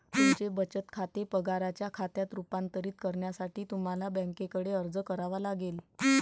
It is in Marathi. तुमचे बचत खाते पगाराच्या खात्यात रूपांतरित करण्यासाठी तुम्हाला बँकेकडे अर्ज करावा लागेल